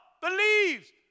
believes